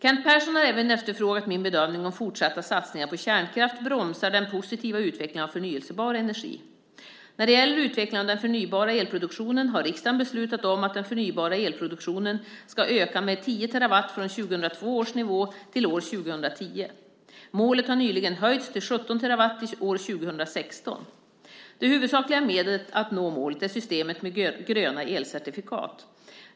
Kent Persson har även efterfrågat min bedömning om fortsatta satsningar på kärnkraft bromsar den positiva utvecklingen av förnybar energi. När det gäller utvecklingen av den förnybara elproduktionen har riksdagen beslutat om att den förnybara elproduktionen ska öka med 10 terawattimmar från 2002 års nivå till år 2010. Målet har nyligen höjts till 17 terawattimmar till år 2016. Det huvudsakliga medlet att nå målet är systemet med gröna elcertifikat.